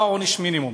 ולקבוע עונש מינימום.